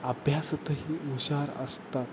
अभ्यासतही हुशार असतात